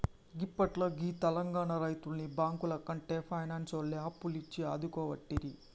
గిప్పట్ల గీ తెలంగాణ రైతుల్ని బాంకులకంటే పైనాన్సోల్లే అప్పులిచ్చి ఆదుకోవట్టిరి